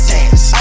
Dance